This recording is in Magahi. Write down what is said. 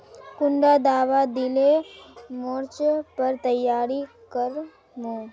कुंडा दाबा दिले मोर्चे पर तैयारी कर मो?